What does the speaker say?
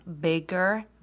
bigger